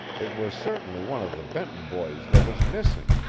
it was certainly one of the benton boys that was missing,